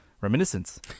Reminiscence